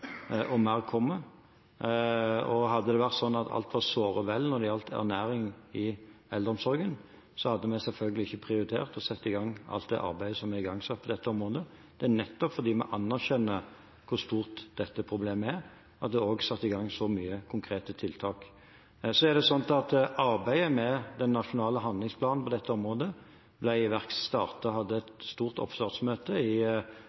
og mer kommer. Hadde det vært sånn at alt var «såre vel» når det gjelder ernæring i eldreomsorgen, hadde vi selvfølgelig ikke prioritert å sette i gang alt det arbeidet som er igangsatt på dette området. Det er nettopp fordi vi anerkjenner hvor stort dette problemet er at det også er igangsatt så mange konkrete tiltak. Arbeidet med den nasjonale handlingsplanen på dette området hadde et stort oppstartsmøte i Stavanger i